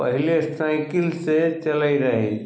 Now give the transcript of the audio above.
पहिले साइकिलसँ चलय रही